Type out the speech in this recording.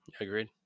Agreed